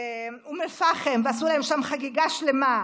לאום אל-פחם, ועשו להם שם חגיגה שלמה.